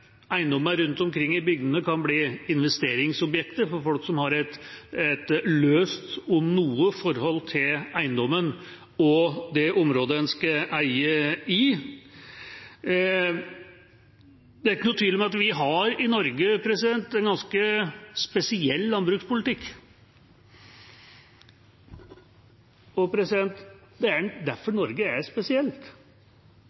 eiendommer rundt omkring i bygdene kan bli investeringsobjekter for folk som har et løst – om noe – forhold til eiendommen og det området en skal eie i. Det er ikke noen tvil om at vi i Norge har en ganske spesiell landbrukspolitikk, og det er derfor